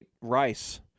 Rice